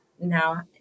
now